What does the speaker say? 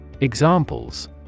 Examples